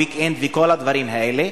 weekend וכל הדברים האלה,